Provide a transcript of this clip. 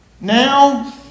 Now